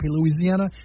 Louisiana